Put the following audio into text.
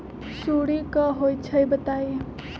सुडी क होई छई बताई?